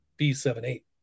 B78